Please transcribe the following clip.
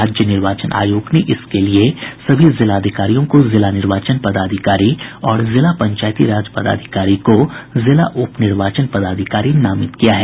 राज्य निर्वाचन आयोग ने इसके लिये सभी जिलाधिकारियों को जिला निर्वाचन पदाधिकारी और जिला पंचायती राज पदाधिकारी को जिला उप निर्वाचन पदाधिकारी नामित किया है